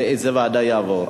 לאיזה ועדה זה יעבור,